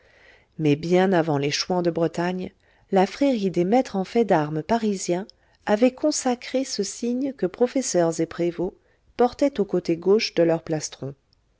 mais bien avant les chouans de bretagne la frérie des maîtres en fait d'armes parisiens avaient consacré ce signe que professeurs et prévôts portaient au côté gauche de leurs plastrons